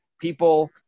people